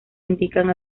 indican